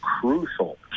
crucial